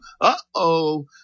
Uh-oh